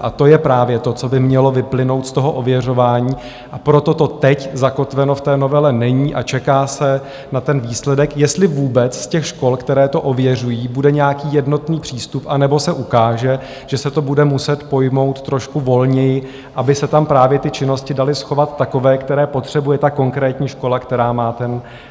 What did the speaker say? A to je právě to, co by mělo vyplynout z toho ověřování, a proto to teď zakotveno v té novele není a čeká se na výsledek, jestli vůbec z těch škol, které to ověřují, bude nějaký jednotný přístup, anebo se ukáže, že se to bude muset pojmout trošku volněji, aby se tam právě ty činnosti daly schovat takové, které potřebuje ta konkrétní škola, která má